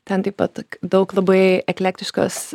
ten taip pat daug labai eklektiškos